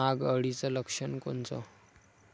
नाग अळीचं लक्षण कोनचं?